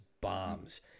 bombs